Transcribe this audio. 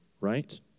right